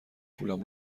پولم